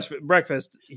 breakfast